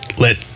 let